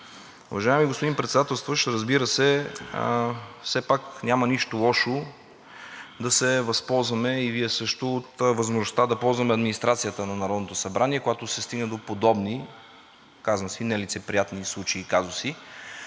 Уважаеми господин Председателстващ, разбира се, все пак няма нищо лошо да се възползваме, и Вие също, от възможността да ползваме администрацията на Народното събрание, когато се стигне до подобни, казвам си, нелицеприятни случаи и казуси.